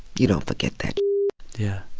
you don't forget that yeah